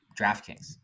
DraftKings